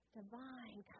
divine